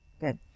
Good